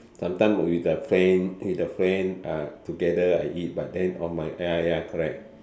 sometimes with the friend with the friend uh together I eat but then on my ya ya correct